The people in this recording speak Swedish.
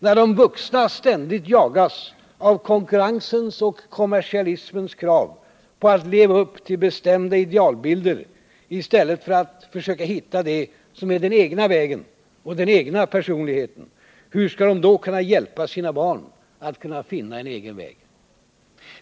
Vuxna jagas ständigt av konkurrensens och kommersialismens krav på att leva upp till bestämda idealbilder i stället för att försöka finna det som är den egna vägen och den egna personligheten, och hur skall de då kunna hjälpa sina barn att finna sin egen väg?